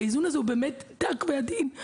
האיזון הזה דק ועדין.